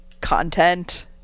content